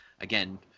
again